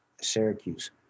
Syracuse